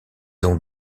ont